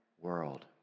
world